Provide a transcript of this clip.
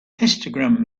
histogram